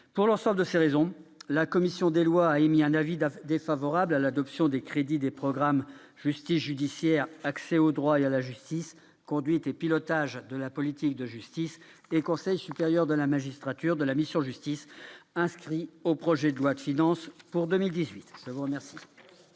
Pour l'ensemble de ces raisons, la commission des lois a émis un avis défavorable à l'adoption des crédits des programmes « Justice judiciaire »,« Accès au droit et à la justice »,« Conduite et pilotage de la politique de la justice » et « Conseil supérieur de la magistrature » de la mission « Justice », inscrits dans le projet de loi de finances pour 2018. Très bien